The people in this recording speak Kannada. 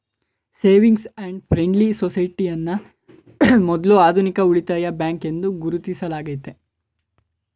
ಸೇವಿಂಗ್ಸ್ ಅಂಡ್ ಫ್ರೆಂಡ್ಲಿ ಸೊಸೈಟಿ ಅನ್ನ ಮೊದ್ಲ ಆಧುನಿಕ ಉಳಿತಾಯ ಬ್ಯಾಂಕ್ ಎಂದು ಗುರುತಿಸಲಾಗೈತೆ